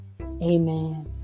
Amen